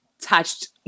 touched